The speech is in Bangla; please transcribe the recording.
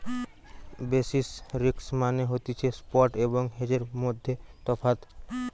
বেসিস রিস্ক মানে হতিছে স্পট এবং হেজের মধ্যে তফাৎ